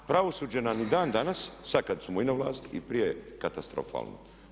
Pravosuđe nam i dana danas, sad kad smo i na vlasti, i prije katastrofalno.